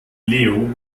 leo